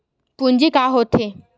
पूंजी का होथे?